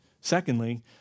Secondly